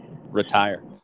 Retire